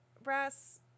brass